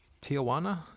Tijuana